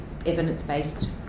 evidence-based